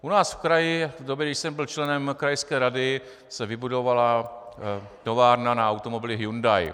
U nás v kraji v době, kdy jsem byl členem krajské rady, se vybudovala továrna na automobily Hyundai.